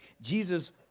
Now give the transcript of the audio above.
Jesus